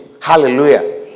Hallelujah